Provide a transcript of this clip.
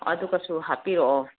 ꯑꯗꯨꯒꯁꯨ ꯍꯥꯞꯄꯤꯔꯛꯑꯣ